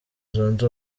zunze